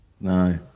no